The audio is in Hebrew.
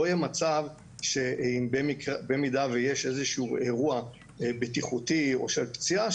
לא יהיה מצב שאם במידה ויש איזשהו אירוע בטיחותי או של פציעה,